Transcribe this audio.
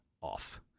off